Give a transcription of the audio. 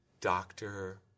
doctor